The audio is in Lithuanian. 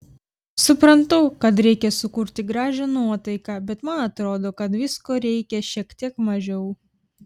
suprantu kad reikia sukurti gražią nuotaiką bet man atrodo kad visko reikia šiek tiek mažiau